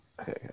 okay